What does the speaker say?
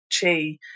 chi